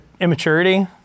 immaturity